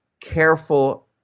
careful